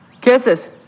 Kisses